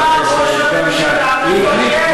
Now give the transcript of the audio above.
זה לא נמחק לי?